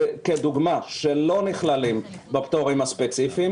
כדוגמה שלא נכללים בפטורים הספציפיים